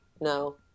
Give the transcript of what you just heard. No